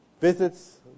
Visits